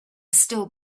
still